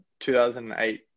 2008